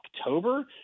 October